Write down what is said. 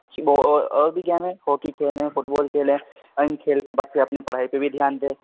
اور بھی گیم ہیں ہاکی کھیلیں فٹ بال کھیلیں اور ان کھیل کے بعد پھر اپنے پڑھائی پہ بھی دھیان دے